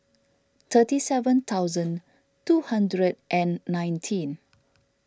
thirty seven thousand two hundred and nineteen